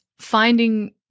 Finding